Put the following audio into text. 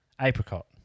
Apricot